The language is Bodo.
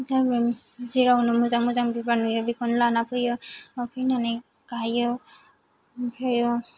जेरावनो मोजां मोजां बिबार नुयो बेखौनो लानानै फैयो लाना फैनानै गायो आमफ्रायो